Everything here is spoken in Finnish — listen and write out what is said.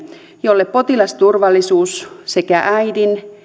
jolle potilasturvallisuus sekä äidin